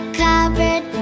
cupboard